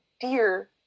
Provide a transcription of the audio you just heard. dear